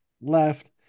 Left